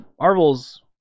Marvel's